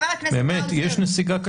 באמת, יש נסיגה כזאת?